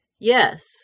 Yes